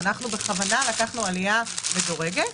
בכוונה לקחנו עלייה מדורגת,